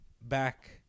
back